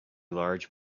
large